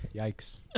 Yikes